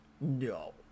No